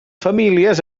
famílies